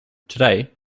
today